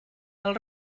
els